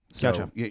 Gotcha